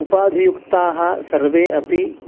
उपधियुक्ताः सर्वे अपि